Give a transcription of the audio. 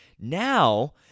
now